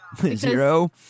Zero